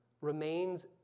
remains